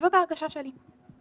וזאת ההרגשה שלי.